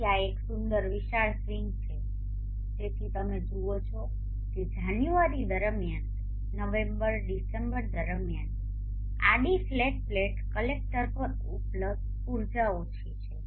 તેથી આ એક સુંદર વિશાળ સ્વિંગ છે તેથી તમે જુઓ છો કે જાન્યુઆરી દરમિયાન નવેમ્બર ડિસેમ્બર દરમિયાન આડી ફ્લેટ પ્લેટ કલેક્ટર પર ઉપલબ્ધ ઉર્જા ઓછી છે